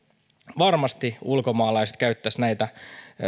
varmasti käyttäisivät näitä